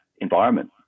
environment